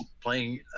playing